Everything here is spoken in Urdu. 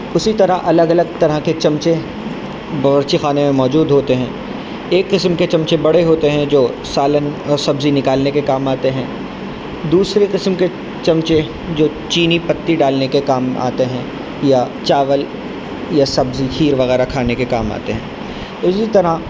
اسی طرح الگ الگ طرح کے چمچے باورچی خانے میں موجود ہوتے ہیں ایک قسم کے چمچے بڑے ہوتے ہیں جو سالن اور سبزی نکالنے کے کام آتے ہیں دوسرے قسم کے چمچے جو چینی پتی ڈالنے کے کام آتے ہیں یا چاول یا سبزی کھیر وغیرہ کھانے کے کام آتے ہیں اسی طرح